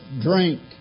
drink